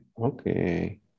okay